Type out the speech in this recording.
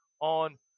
on